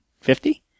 fifty